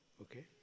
okay